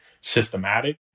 systematic